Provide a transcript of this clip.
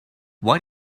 why